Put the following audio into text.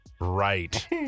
right